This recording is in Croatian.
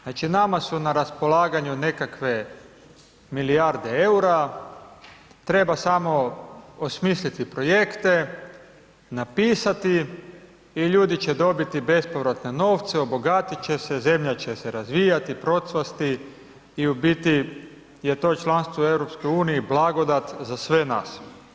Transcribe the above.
Znači, nama su na raspolaganju nekakve milijarde EUR-a, treba samo osmisliti projekte, napisati i ljudi će dobiti bespovratne novce, obogatit će se, zemlja će se razvijati, procvasti i u biti je to članstvo u EU blagodat za sve nas.